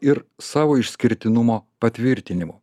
ir savo išskirtinumo patvirtinimo